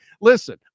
listen